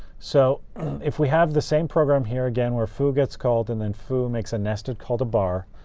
so if we have the same program here again, where foo gets called and then foo makes a nested call to bar,